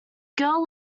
girl